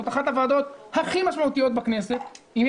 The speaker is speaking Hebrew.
זאת אחת הוועדות הכי משמעותיות בכנסת, יש